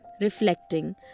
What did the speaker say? reflecting